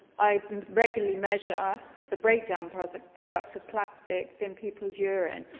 i regularly measure the breakdown products products of plastics in people's urine.